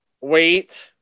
Wait